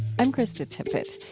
i'm krista tippett.